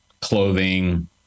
clothing